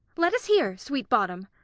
let us hear, sweet bottom.